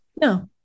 No